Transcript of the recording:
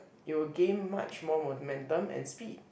it will gain much more momentum and speed